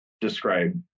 describe